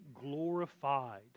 glorified